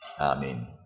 Amen